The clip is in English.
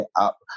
up